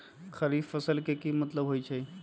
खरीफ फसल के की मतलब होइ छइ?